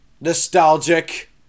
nostalgic